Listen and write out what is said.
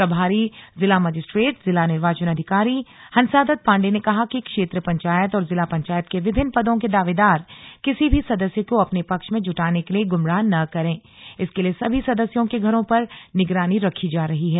प्रभारी जिला मजिस्ट्रेट जिला निर्वाचन अधिकारी हंसादत्त पांडे ने कहा कि क्षेत्र पंचायत और जिला पंचायत के विभिन्न पदों के दावेदार किसी भी सदस्य को अपने पक्ष में जुटाने के लिए गुमराह न करें इसके लिए सभी सदस्यों के घरों पर निगरानी रखी जा रही है